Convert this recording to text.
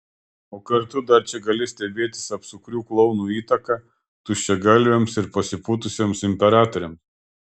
o kartu dar čia gali stebėtis apsukrių klounų įtaka tuščiagalviams ir pasipūtusiems imperatoriams